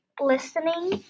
listening